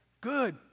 good